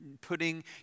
putting